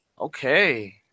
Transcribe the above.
okay